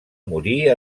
morir